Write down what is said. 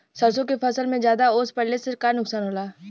सरसों के फसल मे ज्यादा ओस पड़ले से का नुकसान होला?